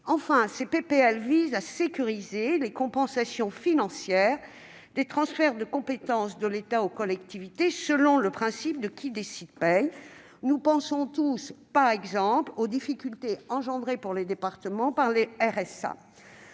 de loi visent à sécuriser les compensations financières des transferts de compétences de l'État aux collectivités, selon le principe « qui décide paie ». Nous pensons tous, et ce n'est qu'un exemple, aux difficultés engendrées, pour les départements, par le